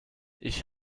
ich